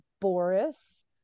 boris